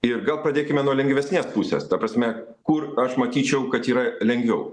ir gal pradėkime nuo lengvesnės pusės ta prasme kur aš matyčiau kad yra lengviau